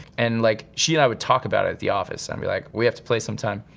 and like she and i would talk about it at the office and be like, we have to play sometime.